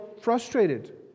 frustrated